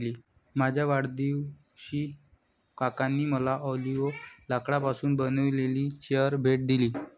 माझ्या वाढदिवशी काकांनी मला ऑलिव्ह लाकडापासून बनविलेली चेअर भेट दिली